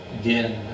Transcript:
Again